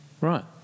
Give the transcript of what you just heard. Right